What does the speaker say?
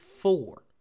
four